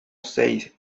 seis